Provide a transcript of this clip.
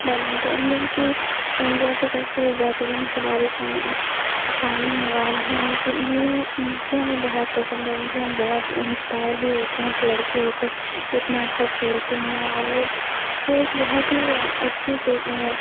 badminton Indian کی India کی سب سے بہترین کھلاری سائنا نہوال ہیں جو ہمیں بہت پسند ہے اور ان سے ہم بہت انسپائر بھی ہوتے ہیں ایک لڑکی ہو کر اتنا اچھا کھیلتی ہیں اور وہ وہ ایک بہت ہی اچھی